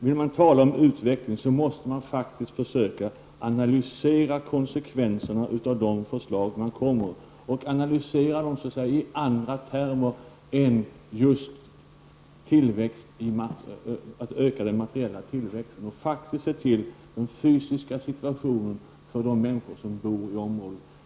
Om man talar om utveckling, måste man försöka analysera konsekvenserna av de förslag man lägger fram och göra det i andra termer än tillväxt och ökning av den materiella välfärden. Man måste se till den fysiska situationen för de människor som bor i området.